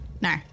No